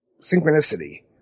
synchronicity